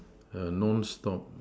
err non stop